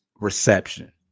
reception